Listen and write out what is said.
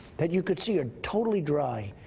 that you could see are totally dry.